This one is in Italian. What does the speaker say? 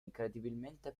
incredibilmente